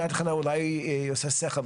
יד חנה אולי עושה בשכל,